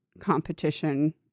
competition